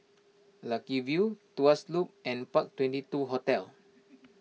Lucky View Tuas Loop and Park Twenty two Hotel